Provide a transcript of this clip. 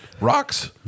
rocks